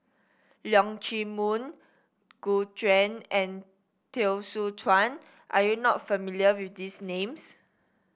Leong Chee Mun Gu Juan and Teo Soon Chuan are you not familiar with these names